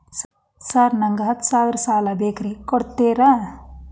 Sir ನನಗ ಹತ್ತು ಸಾವಿರ ಸಾಲ ಬೇಕ್ರಿ ಕೊಡುತ್ತೇರಾ?